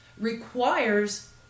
requires